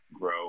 grow